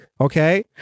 okay